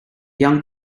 young